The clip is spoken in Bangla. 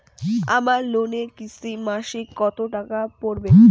আমার লোনের কিস্তি মাসিক কত টাকা পড়বে?